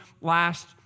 last